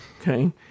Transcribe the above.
Okay